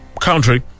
country